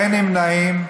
אין נמנעים.